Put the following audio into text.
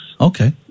Okay